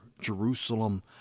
Jerusalem